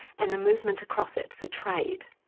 and the movement across it for trade,